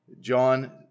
John